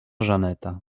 żaneta